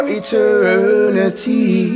eternity